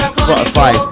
spotify